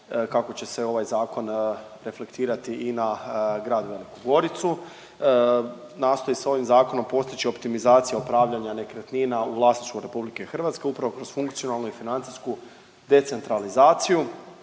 kako će se ovaj Zakon reflektirati i na grad Veliku Goricu. Nastoji se ovim Zakonom postići optimizacija upravljanja nekretnina u vlasništvu RH upravo kroz funkcionalnu i financijsku decentralizaciju